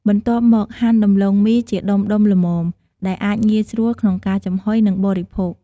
បន្ទាប់មក ហាន់ដំឡូងមីជាដុំៗល្មម ដែលអាចងាយស្រួលក្នុងការចំហុយ និងបរិភោគ។